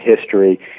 history